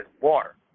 water